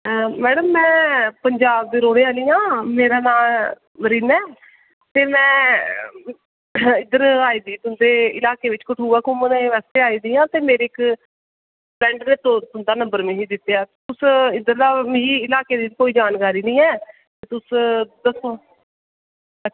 madam में पंजाब दी रौह्ने आह्ली आं मेरा नां मरीना ऐ ते में इद्धर आई दी ही तुंदे इलाकै बिच कठुआ घुमनै आस्तै आई दी ही ते मेरी इक्क फ्रैंड दोस्त नै मिगी तुंदा नंबर दित्ता तुस मिगी इद्धर दे इलाकै दी कोई जानकारी निं ऐ ते तुस दस्सो